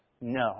no